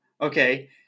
Okay